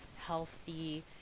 healthy